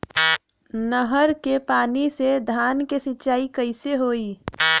नहर क पानी से धान क सिंचाई कईसे होई?